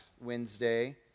Wednesday